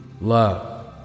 love